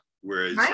Whereas